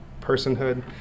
personhood